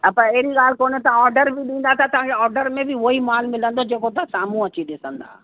हा पर अहिड़ी ॻाल्हि कोने तव्हां ऑडर बि ॾींदा त तव्हांखे ऑडर में बि उहो ई माल मिलंदो जेको तव्हां साम्हूं अची ॾिसंदा